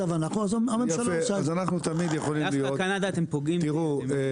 אז אנחנו תמיד יכולים להיות --- דווקא קנדה אתם פוגעים --- תראו,